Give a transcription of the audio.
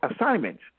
assignment